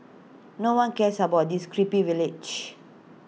no one cares about this crappy village